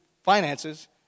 finances